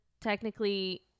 technically